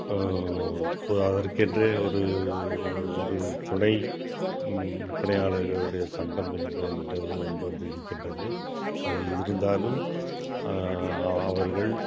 போ அதற்கென்றே ஒரு ஓ ஒரு துணைப் பணியாளர்களுடைய சங்கம் என்ப என்ற என்றொன்று இருக்கின்றது அது இருந்தாலும் அவ அவர்கள்